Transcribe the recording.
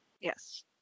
Yes